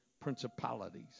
principalities